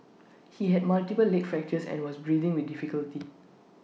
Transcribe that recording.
he had multiple leg fractures and was breathing with difficulty